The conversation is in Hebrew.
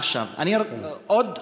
עוד נקודה,